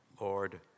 Lord